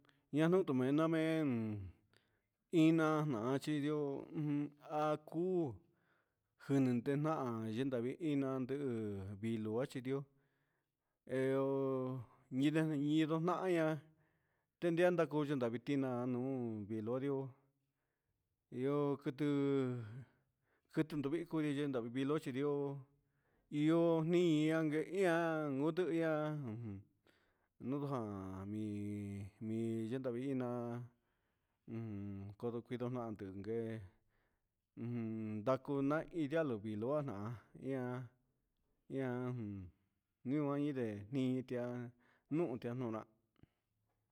Ñanuu tu menan mé'en, in'¿a na chindi'ó ujun akúu jinatena yanivixna nandu viluu yaxhivió endo iño ino na'a ña ndendianda kochi ndavii tiná nuu ndilonrió, ihó kutu kutu vin viko yuye'e nan viluu tinrió iho ndi nii natu inan kutu iian ujun mi mi ihanda uiná ujun, kodo kiondo nande kué ndakuna iin ndialo viloo jana ihá, ihá jun ñoo indé itia nujun noni'a.